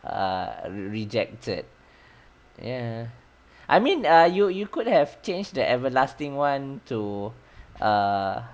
err re~ rejected ya I mean ah you you could have changed the everlasting one to err